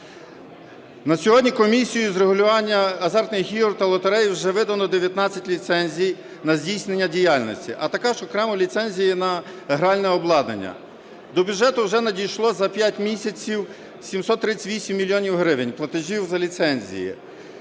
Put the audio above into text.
На сьогодні Комісію з регулювання азартних ігор та лотереї вже видано 19 ліцензій на здійснення діяльності, а також окремо ліцензії на гральне обладнання. До бюджету вже надійшло за 5 місяців 738 мільйонів гривень платежів за ліцензії.